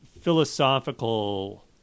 philosophical